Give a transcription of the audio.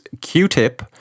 Q-Tip